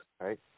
Right